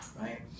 right